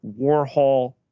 Warhol